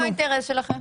למה זה לא אינטרס שלכם?